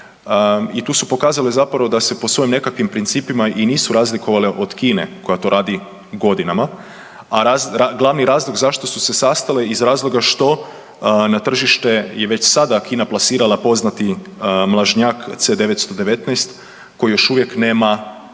i tu su pokazale zapravo da se po svojim nekakvim principima i nisu razlikovale od Kine koja to radi godinama, a glavni razlog zašto su se sastali iz razloga što na tržište je već sada Kina plasirala poznati mlažnjak C919 koji još uvijek nema takvu